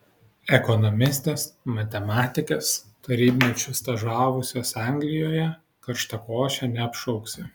ekonomistės matematikės tarybmečiu stažavusios anglijoje karštakoše neapšauksi